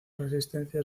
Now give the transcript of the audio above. resistencia